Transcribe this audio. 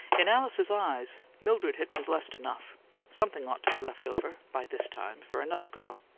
in alice's eyes, mildred had been blessed enough something ought to be left over, by this time, for another girl.